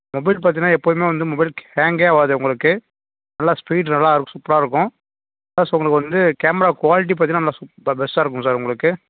mobile பார்த்தீங்கன்னா எப்பொழுதுமே வந்து ஹேங்கே ஆகாது உங்களுக்கு நல்லா ஸ்பீடு நல்லாயிருக்கும் சூப்பராக இருக்கும் சப்போஸ் உங்களுக்கு வந்து கேமரா குவாலிட்டி பார்த்தீங்கன்னா நல்ல சூப் பெஸ்ட்டாக இருக்கும் சார் உங்களுக்கு